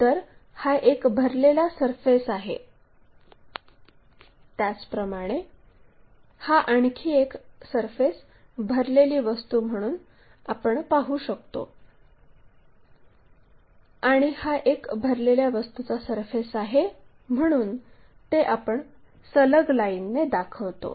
तर हा एक भरलेला सरफेस आहे त्याचप्रमाणे हा आणखी एक सरफेस भरलेली वस्तू म्हणून पाहू शकतो आणि हा एक भरलेल्या वस्तूचा सरफेस आहे म्हणून ते आपण सलग लाईनने दाखवतो